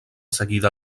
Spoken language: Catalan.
seguida